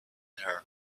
her